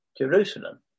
Jerusalem